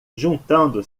juntando